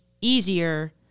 easier